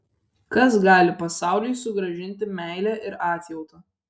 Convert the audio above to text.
kas gali pasauliui sugrąžinti meilę ir atjautą